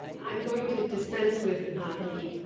i'm going to dispense with any,